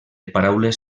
paraules